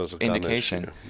indication